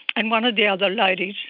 and one of the other ladies,